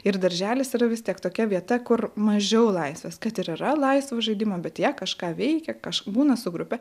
ir darželis yra vis tiek tokia vieta kur mažiau laisvės kad ir yra laisvo žaidimo bet jie kažką veikia kaž būna su grupe